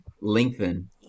lengthen